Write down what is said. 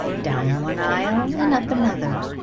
down one aisle and up another,